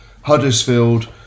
Huddersfield